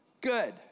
Good